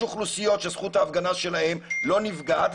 יש אוכלוסיות שזכות ההפגנה שלהן לא נפגעת,